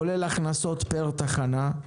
כולל הכנסות פר תחנה,